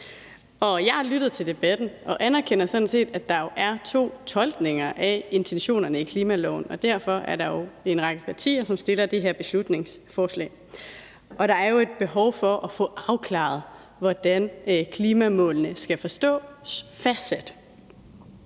Jeg har lyttet til debatten og anerkender sådan set, at der jo er to tolkninger af intentionerne i klimaloven, og at der derfor er en række partier, som har fremsat det her beslutningsforslag. Og der er jo et behov for at få afklaret, hvordan klimamålene skal forstås fastsat.